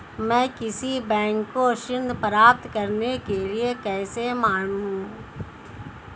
मैं किसी बैंक को ऋण प्राप्त करने के लिए कैसे मनाऊं?